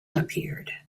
appeared